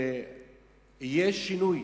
שיהיה שינוי,